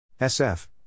SF